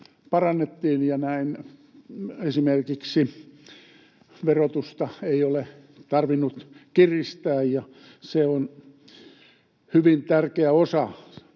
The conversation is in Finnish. parannettiin, ja näin esimerkiksi verotusta ei ole tarvinnut kiristää. On hyvin tärkeä osa